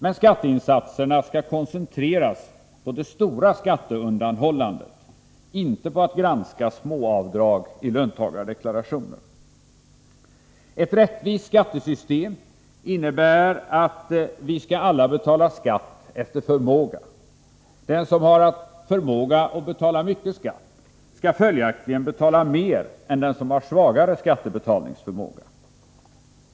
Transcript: Men insatserna skall koncentreras på det stora skatteundanhållandet, inte på att granska småavdrag i löntagardeklarationer. Ett rättvist skattesystem innebär att vi alla skall betala skatt efter förmåga. Den som har förmåga att betala mycket skatt skall följaktligen betala mer än den som har svagare skattebetalningsförmåga.